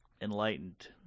enlightened